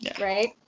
Right